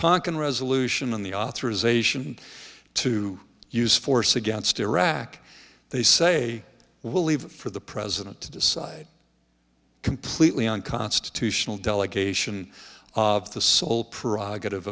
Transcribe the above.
tonkin resolution in the authorization to use force against iraq they say we'll leave for the president to decide completely unconstitutional delegation of the sole pr